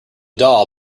doll